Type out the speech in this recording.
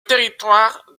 territoire